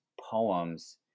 poems